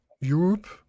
Europe